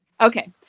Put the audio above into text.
Okay